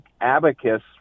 abacus